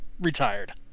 retired